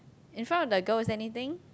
in front of the girl anything